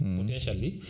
potentially